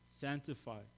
sanctified